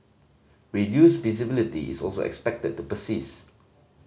reduced visibility is also expected to persist